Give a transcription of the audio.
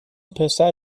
پسر